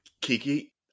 Kiki